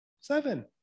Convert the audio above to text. Seven